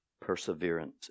perseverance